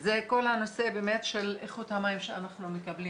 זה כל הנושא של איכות המים שאנחנו מקבלים.